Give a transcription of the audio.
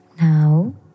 Now